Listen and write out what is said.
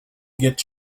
get